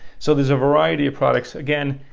so, there's a variety of products. again,